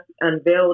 unveiled